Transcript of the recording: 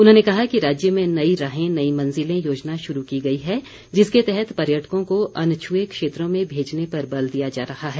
उन्होंने कहा कि राज्य में नई राहें नई मंजिलें योजना शुरू की गई है जिसके तहत पर्यटकों को अनछुए क्षेत्रों में भेजने पर बल दिया जा रहा है